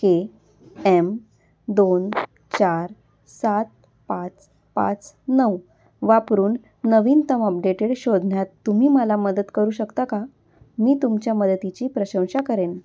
के M दोन चार सात पाच पाच नऊ वापरून नवीनतम अपडेटेड शोधण्यात तुम्ही मला मदत करू शकता का मी तुमच्या मदतीची प्रशंसा करेन